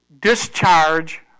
discharge